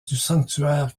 sanctuaire